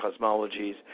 cosmologies